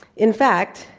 in fact,